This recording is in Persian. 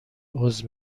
عذر